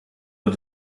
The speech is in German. und